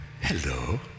Hello